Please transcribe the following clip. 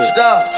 Stop